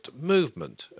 movement